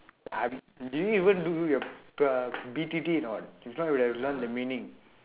i'm did you even do your uh B_T_T or not if not you would have learned the meaning